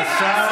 חוצפן.